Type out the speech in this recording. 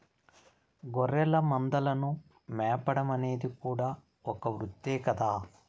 గొర్రెల మందలను మేపడం అనేది కూడా ఒక వృత్తే కదా